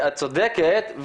ואת צודקת,